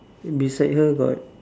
beside her got